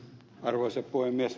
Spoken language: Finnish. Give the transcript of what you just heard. arvoisa puhemies